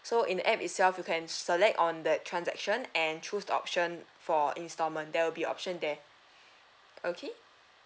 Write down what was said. so in the app itself you can select on that transaction and choose the option for instalment there will be option there okay